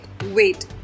Wait